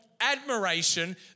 admiration